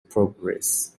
progress